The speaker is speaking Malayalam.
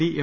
D M